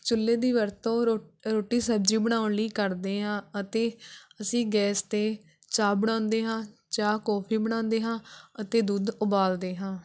ਚੁਲ੍ਹੇ ਦੀ ਵਰਤੋਂ ਰੋ ਰੋਟੀ ਸਬਜ਼ੀ ਬਣਾਉਣ ਲਈ ਕਰਦੇ ਹਾਂ ਅਤੇ ਅਸੀਂ ਗੈਸ 'ਤੇ ਚਾਹ ਬਣਾਉਂਦੇ ਹਾਂ ਚਾਹ ਕੌਫੀ ਬਣਾਉਂਦੇ ਹਾਂ ਅਤੇ ਦੁੱਧ ਉਬਾਲਦੇ ਹਾਂ